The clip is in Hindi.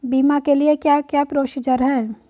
बीमा के लिए क्या क्या प्रोसीजर है?